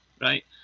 right